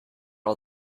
all